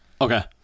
Okay